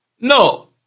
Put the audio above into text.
No